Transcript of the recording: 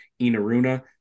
inaruna